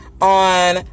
on